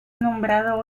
nombrado